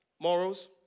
morals